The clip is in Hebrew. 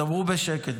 תדברו בשקט,